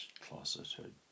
closeted